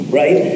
right